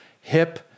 hip